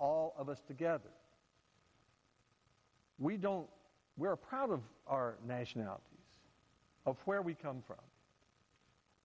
all of us together we don't we're proud of our nation out of where we come from